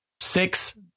Six